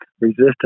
resistance